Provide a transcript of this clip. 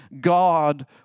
God